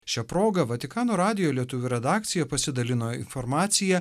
šia proga vatikano radijo lietuvių redakcija pasidalino informacija